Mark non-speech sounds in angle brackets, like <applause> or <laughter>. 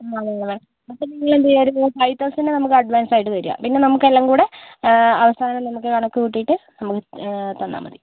<unintelligible> അപ്പോൾ നിങ്ങൾ എന്ത് ചെയ്യുക ഒരു ഫൈവ് തൗസൻഡ് നമുക്ക് അഡ്വാൻസായിട്ട് തരിക പിന്നെ നമുക്ക് എല്ലാം കുടെ അവസാനം നമുക്ക് കണക്ക് കൂട്ടിയിട്ട് നമുക്ക് തന്നാൽ മതി